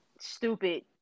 stupid